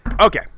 Okay